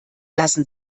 lassen